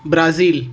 Brazil